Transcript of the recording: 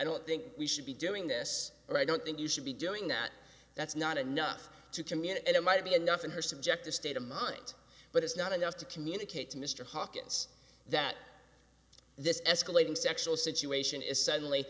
don't think we should be doing this or i don't think you should be doing that that's not enough to commute and it might be enough in her subjective state of mind but it's not enough to communicate to mr hawkins that this escalating sexual situation is suddenly